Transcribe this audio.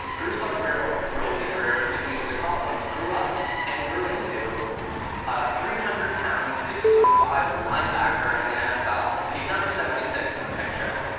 roosevelt grier, or rosey grier, as people used to call him, grew up and grew into a three hundred pound, six-foot-five linebacker in the nfl. he's number seventy six in the picture.